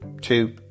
two